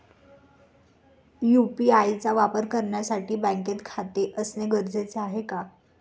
UPI चा वापर करण्यासाठी बँकेत खाते असणे गरजेचे आहे का?